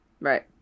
Right